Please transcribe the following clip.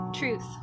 truth